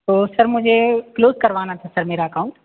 तो सर मुझे क्लोज़ करवाना था सर मेरा अकाउंट